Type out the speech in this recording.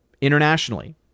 internationally